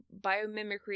biomimicry